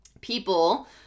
People